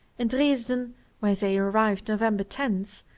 in dresden where they arrived november ten,